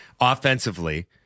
offensively